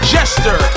Jester